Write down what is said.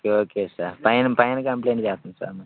okay sir పైన పైన complaint చేస్తాం సార్ మేము